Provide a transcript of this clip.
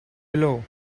blow